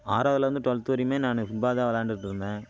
ஆறாவதுலருந்து twelfth வரையுமே நானு football தான் விளாண்டுட்ருந்தேன்